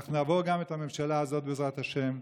אנחנו נעבור גם את הממשלה הזאת, בעזרת השם.